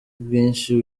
bwinshi